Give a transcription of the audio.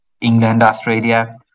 England-Australia